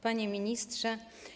Panie Ministrze!